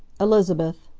elizabeth!